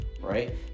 right